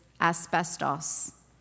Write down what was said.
asbestos